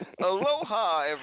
Aloha